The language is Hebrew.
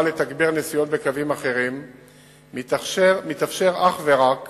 לתגבר נסיעות בקווים אחרים מתאפשר אך ורק